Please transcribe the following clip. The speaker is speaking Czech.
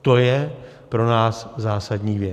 To je pro nás zásadní věc.